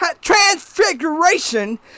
transfiguration